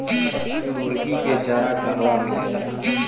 मुर्गी के चारा कहवा मिलेला?